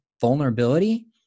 vulnerability